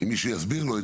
אם מישהו יסביר לו,